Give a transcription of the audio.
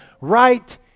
right